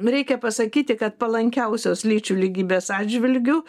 reikia pasakyti kad palankiausios lyčių lygybės atžvilgiu